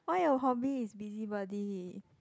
why your hobby is busybody